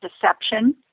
deception